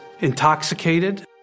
intoxicated